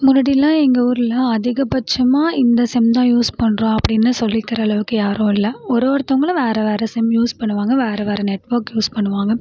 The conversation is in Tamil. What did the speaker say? முன்னாடிலாம் எங்கள் ஊர்ல அதிகபட்சமாக இந்த சிம்தான் யூஸ் பண்ணுறோம் அப்படினு சொல்லித் தர அளவுக்கு யாரும் இல்லை ஒரு ஒருத்தவங்களும் வேற வேற சிம் யூஸ் பண்ணுவாங்கள் வேற வேற நெட்ஒர்க் யூஸ் பண்ணுவாங்கள்